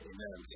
Amen